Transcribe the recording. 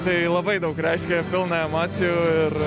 tai labai daug reiškia pilna emocijų ir